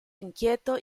inquieto